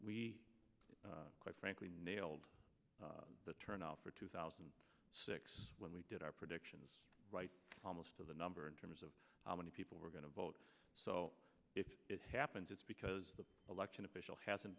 we quite frankly nailed the turnout for two thousand and six when we did our predictions right now most of the number in terms of how many people were going to vote so if it happens it's because the election official hasn't